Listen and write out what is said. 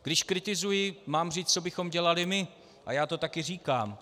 Když kritizuji, mám říci, co bychom dělali my, a já to také říkám.